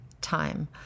time